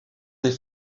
des